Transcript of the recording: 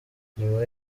nyuma